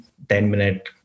10-minute